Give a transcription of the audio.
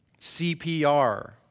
CPR